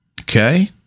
Okay